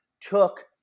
took